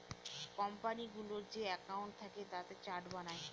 কোম্পানিগুলোর যে একাউন্ট থাকে তাতে চার্ট বানায়